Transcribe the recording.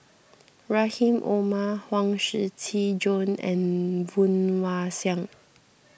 Rahim Omar Huang Shiqi Joan and Woon Wah Siang